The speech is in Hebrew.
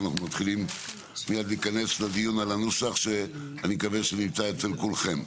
ואנחנו מתחילים מיד להיכנס לדיון על הנוסח שאני מקווה שנמצא אצל כולכם.